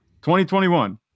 2021